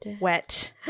wet